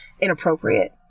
inappropriate